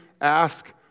ask